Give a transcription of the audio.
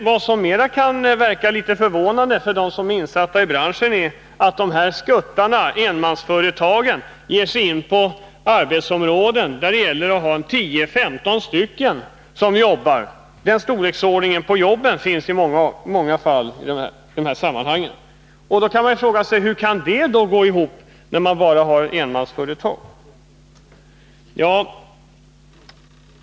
Vad som kan verka litet förvånande för dem som är insatta i branschen är attskuttarna, enmansföretagen, ger sig in på arbetsområden där det gäller att ha 10-15 anställda som jobbar. I många fall är jobben av den storleksordningen. Man kan fråga sig hur det kan gå ihop, när det bara gäller enmansföretag?